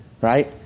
right